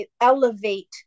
elevate